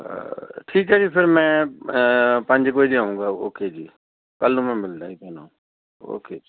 ਠੀਕ ਹੈ ਜੀ ਫਿਰ ਮੈਂ ਪੰਜ ਕੁ ਵਜੇ ਆਉਂਗਾ ਓਕੇ ਜੀ ਕੱਲ੍ਹ ਨੂੰ ਮੈਂ ਮਿਲਦਾ ਜੀ ਤੁਹਾਨੂੰ ਓਕੇ ਜੀ